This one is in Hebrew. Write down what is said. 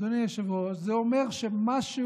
אדוני היושב-ראש, זה אומר שמשהו